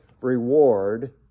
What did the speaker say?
reward